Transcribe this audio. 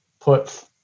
put